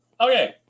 Okay